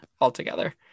altogether